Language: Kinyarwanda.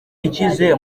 ikize